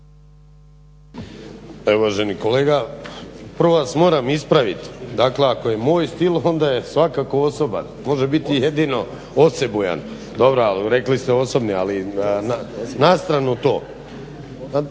Evo uvaženi kolega, prvo vas moram ispravit. Dakle, ako je moj stil onda je svakako osoban. Može biti jedino osebujan. Dobro, ali rekli ste osobni. Ali na stranu to.